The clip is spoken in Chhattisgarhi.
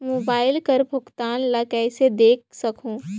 मोबाइल कर भुगतान ला कइसे देख सकहुं?